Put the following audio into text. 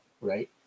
right